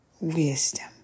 wisdom